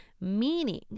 meaning